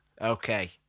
Okay